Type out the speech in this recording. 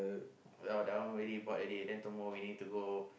yeah that one really import already then tomorrow we need to go